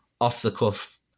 off-the-cuff